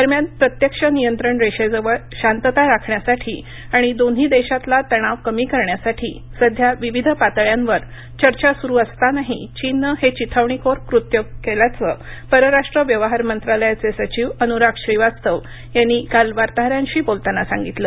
दरम्यान प्रत्यक्ष नियंत्रण रेषेजवळ शांतता राखण्यासाठी आणि दोन्ही देशांतला तणाव कमी करण्यासाठी सध्या विविध पातळ्यांवर चर्चा सुरू असतानाही चीननं हे चिथावणीखोर कृत्य केल्याचं परराष्ट्र व्यवहार मंत्रालयाचे सचिव अनुराग श्रीवास्तव यांनी काल वार्ताहरांशी बोलताना सांगितलं